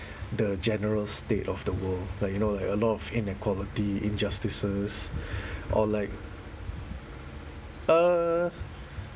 the general state of the world like you know like a lot of inequality injustices or like uh